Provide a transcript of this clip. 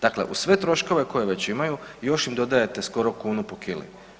Dakle, uz sve troškove koje već imaju još im dodajete skoro kunu po kili.